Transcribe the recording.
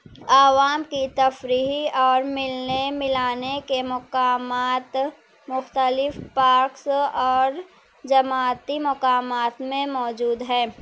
عوام کی تفریحی اور ملنے ملانے کے مقامات مختلف پارکس اور جماعتی مقامات میں موجود ہے